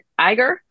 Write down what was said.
Iger